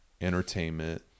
entertainment